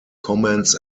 comments